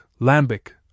Lambic